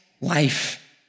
life